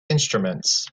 instruments